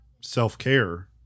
self-care